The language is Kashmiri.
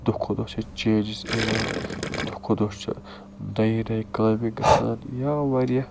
دۄہ کھوتہٕ دۄہ چھِ چینجِس یِوان دۄہ کھوتہٕ دۄہ چھِ نَیہِ نَیہِ کامہِ گژھان یا واریاہ